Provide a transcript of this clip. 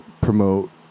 promote